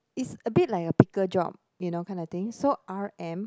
is a bit like a picker job you know kind of thing so R_M